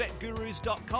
vetgurus.com